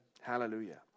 Hallelujah